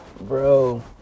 Bro